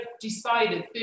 decided